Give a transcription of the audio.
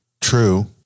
true